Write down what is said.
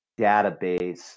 database